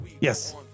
Yes